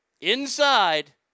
inside